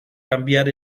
cambiar